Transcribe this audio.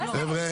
זהו.